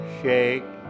shake